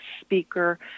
speaker